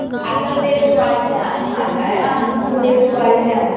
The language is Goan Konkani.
आतां रेट्स वाडल्यात आतां म्हारगाय आहा न्हू रेट्स वाडल्या